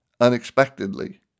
unexpectedly